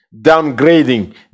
downgrading